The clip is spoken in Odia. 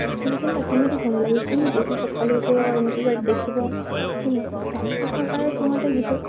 ତୁଲି ସେମତି କେମିତି ଭଲ ଲାଗେ ସେମିତି ସେ ସକାଲୁ ଉଠିବ ଏମିତି ଦେଖିବ କି ହଁ ସେ ସକାଳର ସମୟଟା ଯିବ